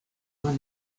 were